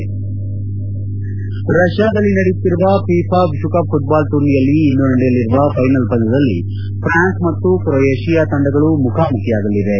head ರಷ್ಲಾದಲ್ಲಿ ನಡೆಯುತ್ತಿರುವ FIFA ವಿಶ್ವಕಪ್ ಫುಟ್ಲಾಲ್ ಟೂರ್ನಿಯಲ್ಲಿ ಇಂದು ನಡೆಯಲಿರುವ ಫೈನಲ್ ಪಂದ್ಯದಲ್ಲಿ ಫ್ರಾನ್ಸ್ ಮತ್ತು ಕ್ರೋಯೇಷಿಯಾ ತಂಡಗಳು ಮುಖಾಮುಖಿಯಾಗಲಿವೆ